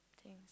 thanks